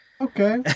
Okay